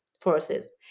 forces